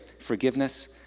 forgiveness